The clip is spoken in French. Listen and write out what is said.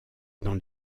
dans